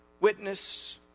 witness